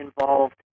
involved